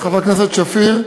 חברת הכנסת שפיר,